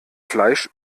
fleisch